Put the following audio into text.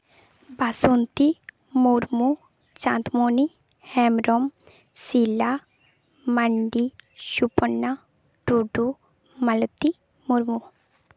Basanti Murmu Chandmoni Hembrom Sila Mandi Suparna Tudu Malati Murmu